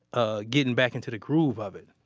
ah, getting' back into the groove of it?